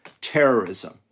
terrorism